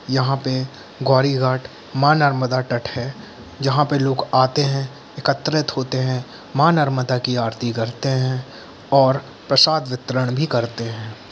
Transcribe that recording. यहाँ पे गोरी घाट माँ नर्मदा तट है जहाँ पे लोग आते हैं एकत्रित होते हैं माँ नर्मदा की आरती करते हैं और प्रसाद वितरण भी करते हैं